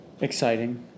Exciting